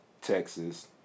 Texas